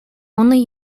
only